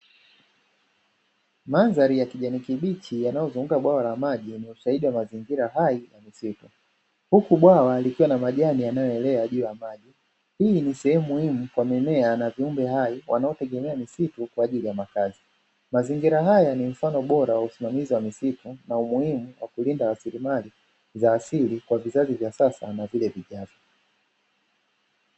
Mandhari ya kijani kibichi yanayoonyesha uoto wa kijani kibichi mazingira haya ni ishara ya utunzaji wa mazingira